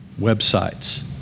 websites